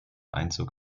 einzug